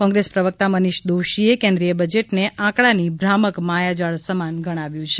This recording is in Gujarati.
કોંગ્રેસ પ્રવક્તા મનીષ દોશીએ કેન્દ્રિય બજેટને આંકડાની ભ્રામક માયાજાળ સમાન ગણાવ્યુ છે